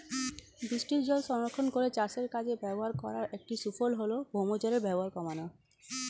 বৃষ্টিজল সংরক্ষণ করে চাষের কাজে ব্যবহার করার একটি সুফল হল ভৌমজলের ব্যবহার কমানো